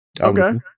Okay